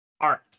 art